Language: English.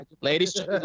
Ladies